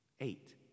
Eight